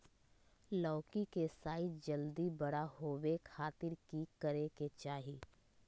लौकी के साइज जल्दी बड़ा होबे खातिर की करे के चाही?